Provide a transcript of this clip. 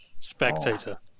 Spectator